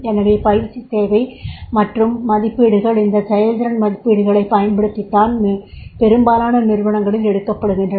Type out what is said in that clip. எனவே பயிற்சி தேவை மற்றும் மதிப்பீடுகள் இந்த செயல்திறன் மதிப்பீடுகளைப் பயன்படுத்தித்தான் பெரும்பாலுமான நிறுவனங்களில் எடுக்கப்படுகின்றன